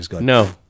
No